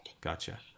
Gotcha